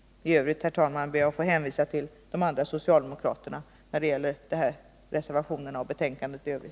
När det gäller reservationerna och betänkandet i övrigt ber jag, herr talman, att få hänvisa till de andra socialdemokratiska talarna.